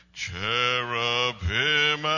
cherubim